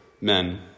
men